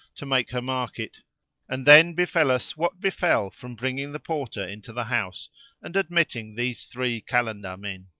to make her market and then befel us what befel from bringing the porter into the house and admitting these three kalandar men,